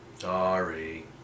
Sorry